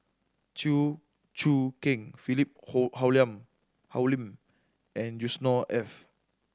Chew Choo Keng Philip Hoalim and Yusnor Ef